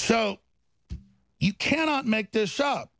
so you cannot make this